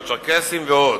הצ'רקסים ועוד,